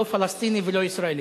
לא פלסטיני ולא ישראלי.